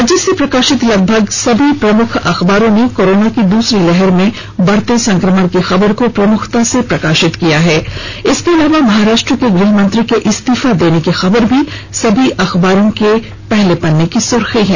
राज्य से प्रकाशित लगभग सभी प्रमुख अखबारों ने कोरोना की दूसरी लहर में बढ़ते संक्रमण की खबर को प्रमुखता से प्रकाशित किया है इसके अलावा महाराष्ट्र के गृहमंत्री के इस्तीफा देने की खबर भी सभी अखबारों के पहले पन्ने की सुर्खी है